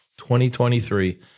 2023